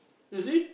you see